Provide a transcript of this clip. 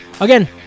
again